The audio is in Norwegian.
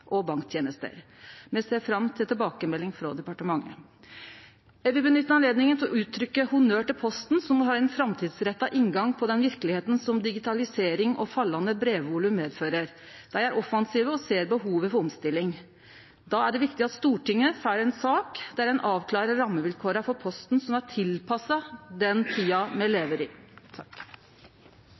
og banktenester. Me ser fram til tilbakemelding frå departementet. Eg vil nytte høvet til å gje honnør til Posten, som har ein framtidsretta inngang til den verkelegheita som digitaliseringa og eit fallande brevvolum medfører. Dei er offensive og ser behovet for omstilling. Då er det viktig at Stortinget får ei sak der ein avklarar rammevilkår for Posten som er tilpassa den tida me lever i.